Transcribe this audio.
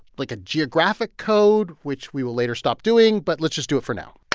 like, a geographic code, which we will later stop doing. but let's just do it for now